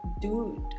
dude